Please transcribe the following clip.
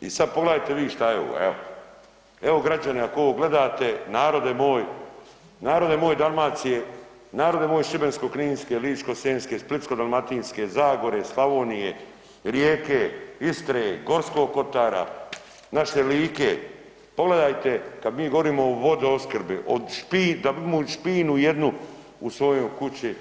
I sada pogledajte vi sada šta je ovo, evo građani ako ovo gledate, narode moj, narode moj Dalmacije, narode moj Šibensko-kninske, Ličko-senjske, Splitsko-dalmatinske, Zagore, Slavonije, Rijeke, Istre, Gorskog kotara naše Like pogledajte kada mi govorimo o vodoopskrbi od … jednu u svojoj kući